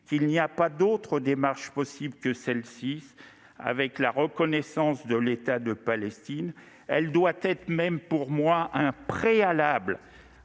qu'il n'y a pas d'autre démarche possible que la reconnaissance de l'État de Palestine. Elle doit même être pour moi un préalable